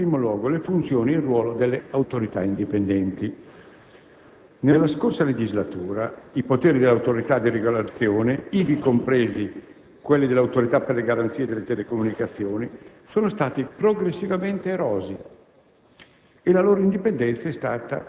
esaltando e valorizzando, in primo luogo, le funzioni e il ruolo delle Autorità indipendenti. Nella scorsa legislatura, i poteri delle Autorità di regolazione, ivi compresi quelli dell'Autorità per le garanzie nelle comunicazioni, sono stati progressivamente erosi